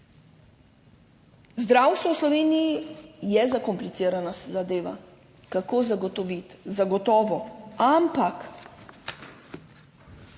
Zdravstvo v Sloveniji je zakomplicirana zadeva, kako zagotoviti, zagotovo, ampak